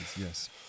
yes